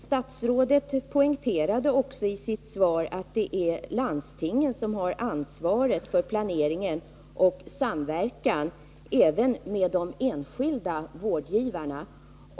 Statsrådet poängterade i sitt svar att det är landstingen som har ansvaret för planeringen och samverkan även med de enskilda vårdgivarna.